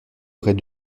aurait